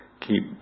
keep